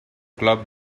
club